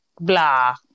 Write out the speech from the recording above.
blah